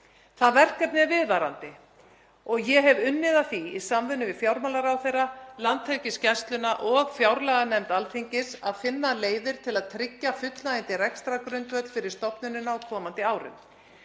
Það verkefni er viðvarandi og ég hef unnið að því í samvinnu við fjármálaráðherra, Landhelgisgæsluna og fjárlaganefnd Alþingis að finna leiðir til að tryggja fullnægjandi rekstrargrundvöll fyrir stofnunina á komandi árum.